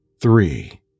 three